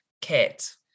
Kit